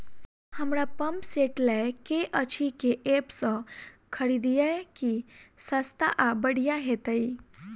हमरा pump set लय केँ अछि केँ ऐप सँ खरिदियै की सस्ता आ बढ़िया हेतइ?